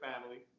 family